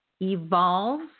evolve